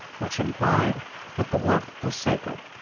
which implied that the work was sacred.